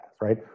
right